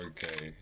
Okay